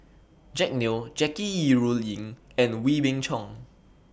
Jack Neo Jackie Yi Ru Ying and Wee Beng Chong